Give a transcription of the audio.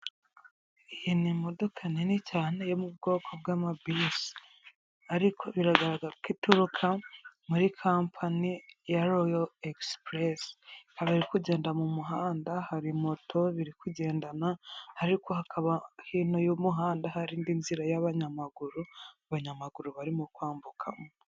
Iyi n' imodoka nini cyane yo mu bwoko bw'amabisi, ariko biragaragara ko ituruka muri kampani ya royo Egisipurense ikaba iri kugenda mu muhanda hari moto biri kugendana ariko hakaba hino y'umuhanda hari indi nzira y'abanyamaguru, abanyamaguru barimo kwambukamo.